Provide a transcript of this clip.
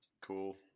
cool